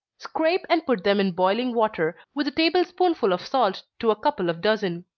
scrape and put them in boiling water, with a table spoonful of salt to a couple of dozen.